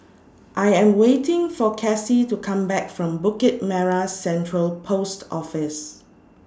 I Am waiting For Casie to Come Back from Bukit Merah Central Post Office